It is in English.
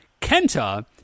Kenta